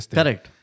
Correct